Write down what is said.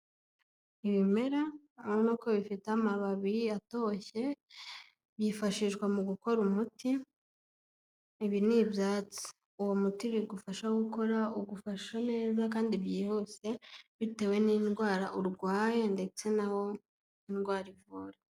Ibimera urabona ko bifite amababi atoshye byifashishwa mu gukora umuti, ibi ni ibyatsi, uwo muti bigufasha gukora ugufasha neza kandi byihuse bitewe n'indwara urwaye ndetse na wo indwara ivura.